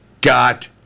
got